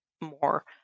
more